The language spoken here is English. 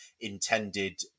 intended